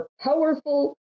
powerful